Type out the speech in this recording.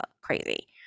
crazy